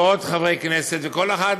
ועוד חברי כנסת, וכל אחד